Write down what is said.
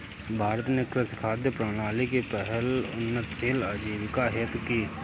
भारत ने कृषि खाद्य प्रणाली की पहल उन्नतशील आजीविका हेतु की